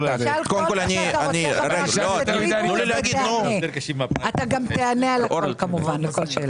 אתה כמובן תקבל תשובה לכל שאלה.